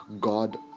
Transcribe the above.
God